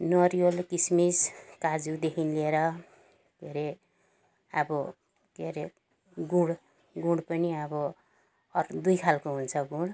नरिवल किसमिस काजुदेखि लिएर के अरे अब के अरे गुड गुड पनि अब अर्को दुई खालको हुन्छ गुड